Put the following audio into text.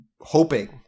hoping